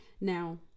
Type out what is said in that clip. Now